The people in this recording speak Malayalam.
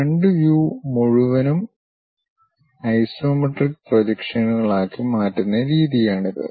ഫ്രണ്ട് വ്യൂ മുഴുവനും ഐസോമെട്രിക് പ്രൊജക്ഷനുകളാക്കി മാറ്റുന്ന രീതിയാണിത്